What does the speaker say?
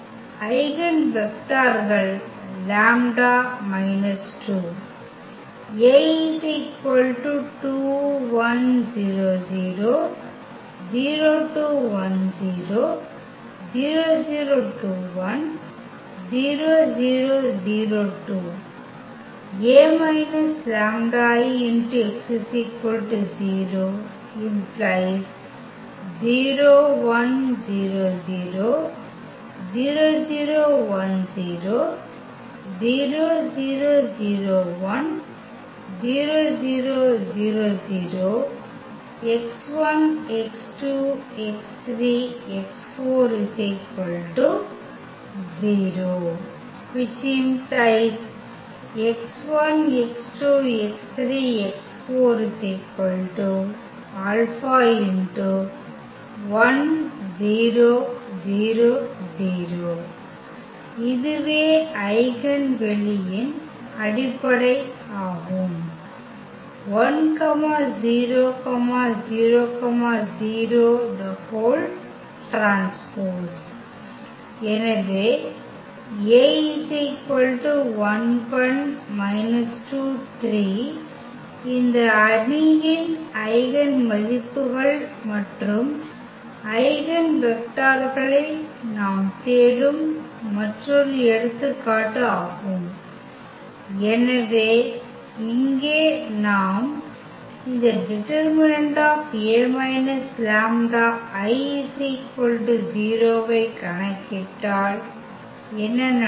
eigen வெக்டர்கள் λ 2 இதுவே eigen வெளியின் அடிப்படை ஆகும் 1000T எனவே இந்த அணியின் ஐகென் மதிப்புகள் மற்றும் ஐகென் வெக்டர்களை நாம் தேடும் மற்றொரு எடுத்துக்காட்டு ஆகும் எனவே இங்கே நாம் இந்த detA − λI 0 ஐ கணக்கிட்டால் என்ன நடக்கும்